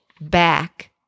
back